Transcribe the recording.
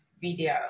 video